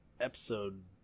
episode